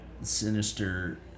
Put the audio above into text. sinister